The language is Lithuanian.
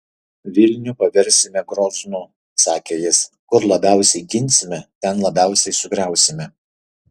vilnių paversime groznu sakė jis kur labiausiai ginsime ten labiausiai sugriausime